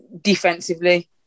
defensively